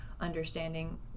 understanding